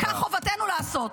כך חובתנו לעשות.